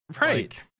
Right